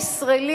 הישראלים,